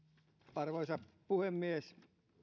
arvoisa puhemies